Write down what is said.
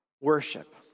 Worship